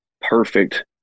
perfect